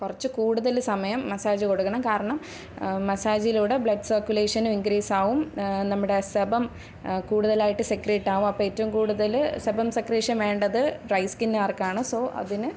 കുറച്ച് കൂടുതൽ സമയം മസാജ് കൊടുക്കണം കാരണം മസാജിലൂടെ ബ്ലഡ് സർക്കുലേഷനും ഇൻക്രീസ് ആവും നമ്മുടെ സെബം കൂടുതലായിട്ട് സെക്രെറ്റ് ആവും അപ്പോൾ ഏറ്റവും കൂടുതൽ സെബം സെക്രേഷൻ വേണ്ടത് ഡ്രൈ സ്കിന്നുകാർക്കാണ് സൊ അതിന്